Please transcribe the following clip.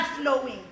flowing